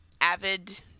avid